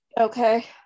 Okay